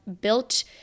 built